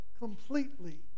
completely